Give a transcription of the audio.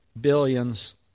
billions